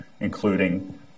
including